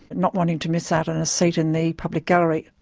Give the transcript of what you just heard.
not wanting to miss out on a seat in the public gallery.